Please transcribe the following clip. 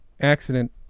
accident